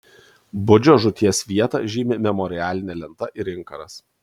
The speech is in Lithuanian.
budžio žūties vietą žymi memorialinė lenta ir inkaras